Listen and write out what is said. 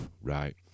Right